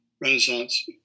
Renaissance